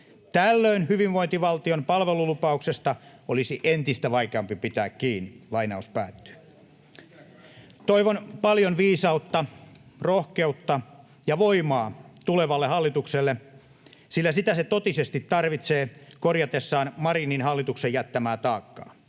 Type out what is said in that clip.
Tällöin hyvinvointivaltion palvelulupauksesta olisi entistä vaikeampi pitää kiinni.” Toivon paljon viisautta, rohkeutta ja voimaa tulevalle hallitukselle, sillä niitä se totisesti tarvitsee korjatessaan Marinin hallituksen jättämää taakkaa.